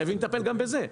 חייבים לטפל גם בזה.